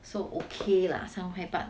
so okay lah 三块半